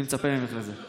אני מצפה ממך לזה.